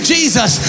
Jesus